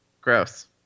Gross